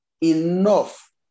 enough